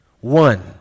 one